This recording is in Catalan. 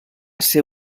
ser